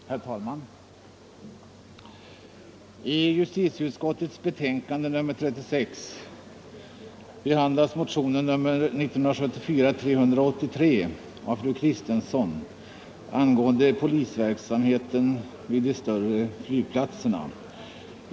Herr talman! I justitieutskottets betänkande nr 36 behandlas motionen 1974:383 av fru Kristensson angående polisverksamheten vid de större flygplatserna.